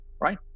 right